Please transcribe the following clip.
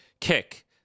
Kick